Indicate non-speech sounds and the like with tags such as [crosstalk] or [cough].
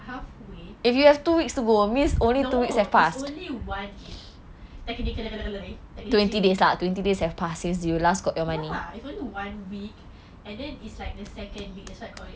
halfway no it's only one week [noise] ya even one week and then it's like the second week that's why I called it